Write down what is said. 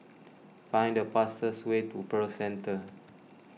find the fastest way to Pearl Centre